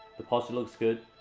the posture looks good.